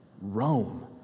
Rome